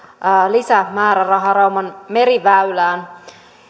lisämääräraha rauman meriväylään